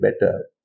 better